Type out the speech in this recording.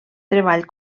treball